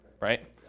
right